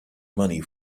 money